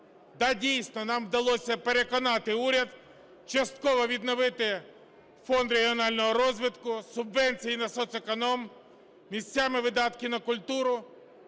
дійсно нам вдалося переконати уряд частково відновити Фонд регіонального розвитку, субвенцій на соцеконом, місцями видатки на культуру.